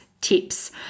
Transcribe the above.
tips